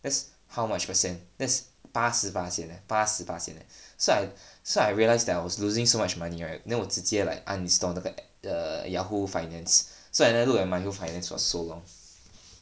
that's how much per cent that's 八十巴仙 eh 八十巴仙 eh so I so I realized that I was losing so much money right then 我直接 like uninstall 那个 app the Yahoo finance so I never look at my Yahoo finance for so long